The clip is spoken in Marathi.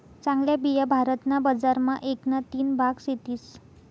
चांगल्या बिया भारत ना बजार मा एक ना तीन भाग सेतीस